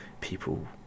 people